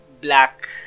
black